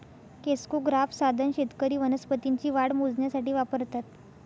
crescograph साधन शेतकरी वनस्पतींची वाढ मोजण्यासाठी वापरतात